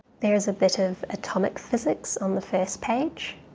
there is a bit of atomic physics on the first page,